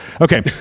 Okay